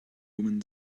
woman